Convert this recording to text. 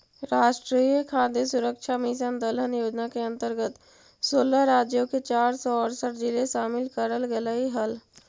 राष्ट्रीय खाद्य सुरक्षा मिशन दलहन योजना के अंतर्गत सोलह राज्यों के चार सौ अरसठ जिले शामिल करल गईल हई